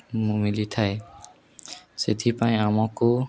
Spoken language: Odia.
ମିଳିଥାଏ ସେଥିପାଇଁ ଆମକୁ